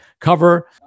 cover